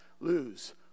lose